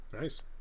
nice